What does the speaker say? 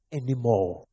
anymore